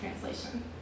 Translation